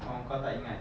or kau tak ingat